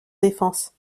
défense